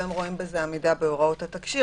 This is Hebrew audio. והם רואים בזה עמידה בהוראות התקשי"ר,